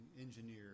engineer